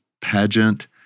pageant